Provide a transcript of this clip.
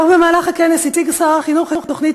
כבר במהלך הכנס הציג שר החינוך את תוכנית